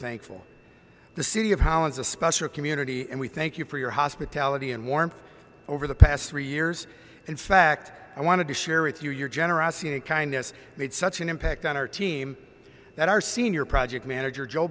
thankful the city of holland's a special community and we thank you for your hospitality and warmth over the past three years in fact i wanted to share with you your generosity and kindness made such an impact on our team that our senior project manager joe